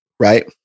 right